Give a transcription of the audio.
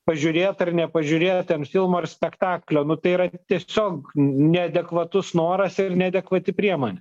pažiūrėt ar nepažiūrėt ten filmo ar spektaklio nu tai yra tiesiog neadekvatus noras ir neadekvati priemonė